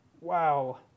Wow